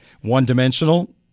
one-dimensional